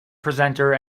presenter